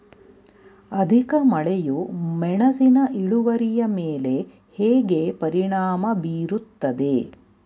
ಅಧಿಕ ಮಳೆಯು ಮೆಣಸಿನ ಇಳುವರಿಯ ಮೇಲೆ ಹೇಗೆ ಪರಿಣಾಮ ಬೀರುತ್ತದೆ?